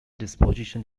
disposition